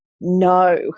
no